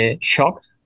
shocked